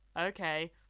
Okay